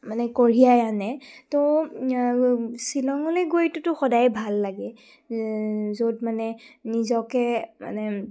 মানে কঢ়িয়াই আনে তো শ্বিলঙলৈ গৈটোতো সদায় ভাল লাগে য'ত মানে নিজকে মানে